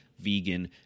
vegan